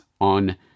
on